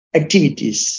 activities